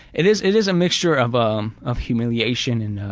it is it is a mixture of um of humiliation and